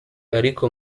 ariko